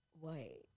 Wait